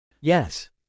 Yes